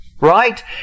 Right